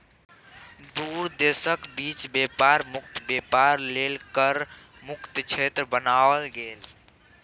दू देशक बीच बेपार मुक्त बेपार लेल कर मुक्त क्षेत्र बनाओल गेल